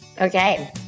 Okay